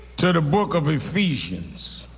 to the book of ephesians,